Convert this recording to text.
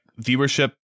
viewership